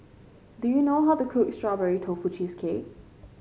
do you know how to cook Strawberry Tofu Cheesecake